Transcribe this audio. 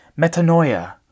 metanoia